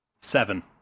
Seven